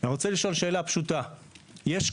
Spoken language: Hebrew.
אני רוצה לשאול שאלה פשוטה.